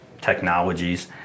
technologies